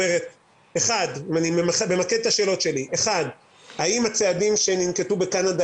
אני ממקד את השאלות שלי: 1. האם הצעדים שננקטו בקנדה